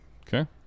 Okay